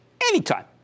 anytime